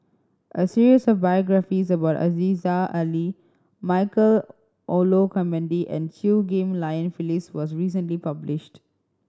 a series of biographies about Aziza Ali Michael Olcomendy and Chew Ghim Lian Phyllis was recently published